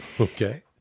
okay